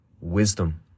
Wisdom